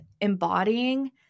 embodying